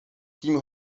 tím